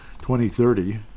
2030